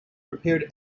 prepared